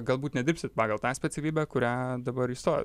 galbūt nedirbsit pagal tą specialybę kurią dabar įstojot